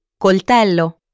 Coltello